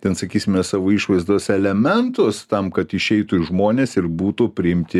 ten sakysime savo išvaizdos elementus tam kad išeitų į žmones ir būtų priimti